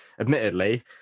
Admittedly